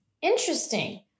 Interesting